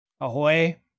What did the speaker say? Ahoy